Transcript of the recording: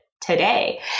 today